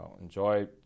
enjoy